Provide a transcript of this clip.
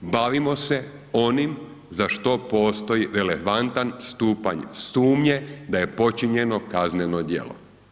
Bavimo se onim za što postoji relevantan stupanj sumnje da je počinjeno kazneno djelo.